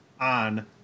on